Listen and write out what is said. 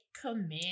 command